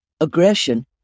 aggression